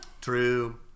True